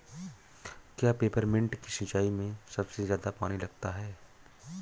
क्या पेपरमिंट की सिंचाई में सबसे ज्यादा पानी लगता है?